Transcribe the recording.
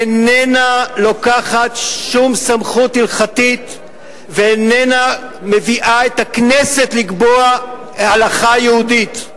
איננה לוקחת שום סמכות הלכתית ואיננה מביאה את הכנסת לקבוע הלכה יהודית.